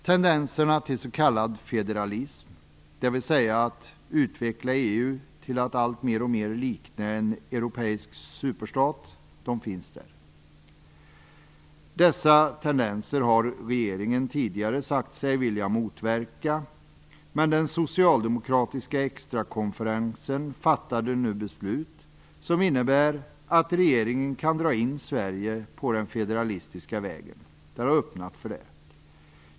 Tendenserna till s.k. federalism, dvs. att EU utvecklas till att alltmer likna en europeisk superstat, finns där. Dessa tendenser har regeringen tidigare sagt sig vilja motverka, men den socialdemokratiska extrakonferensen fattade nu beslut som innebär att regeringen kan dra in Sverige på den federalistiska vägen. Det är öppnat för det.